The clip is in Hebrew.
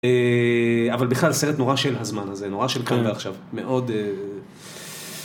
אבל בכלל, סרט נורא של הזמן הזה, נורא של כאן ועכשיו, מאוד...